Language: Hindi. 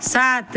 सात